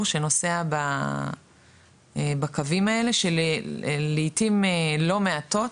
שנוסע בקווים האלה שלעתים לא מעטות,